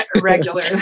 Regularly